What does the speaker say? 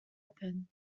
open